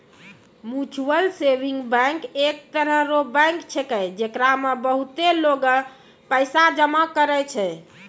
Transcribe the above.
mutual saving bank एक तरह रो बैंक छैकै, जेकरा मे बहुते लोगें पैसा जमा करै छै